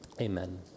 Amen